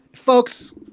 Folks